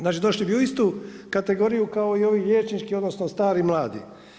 Znači došli bi u istu kategoriju kao i ovi liječnički, odnosno stari, mladi.